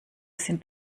sind